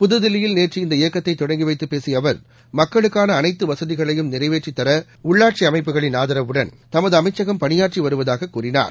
புதுதில்லியில் நேற்று இந்த இயக்கத்தை தொடங்கி வைத்துப் பேசிய அவர் மக்களுக்கான அனைத்து வசதிகளையும் நிறைவேற்றித்தர உள்ளாட்சி அமைப்புகளுடன் ஆதரவுடன் தமது அமைச்சம் பணியாற்றி வருவதாகக் கூறினார்